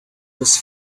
this